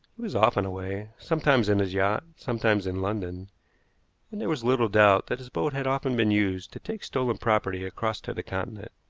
was often away sometimes in his yacht, sometimes in london and there was little doubt that his boat had often been used to take stolen property across to the continent.